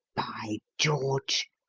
by george!